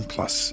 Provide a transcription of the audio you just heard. Plus